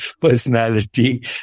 personality